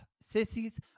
Sissies